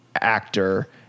actor –